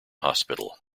hospital